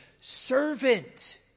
servant